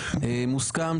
עשרה.